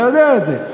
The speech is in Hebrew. אתה יודע את זה.